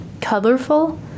colorful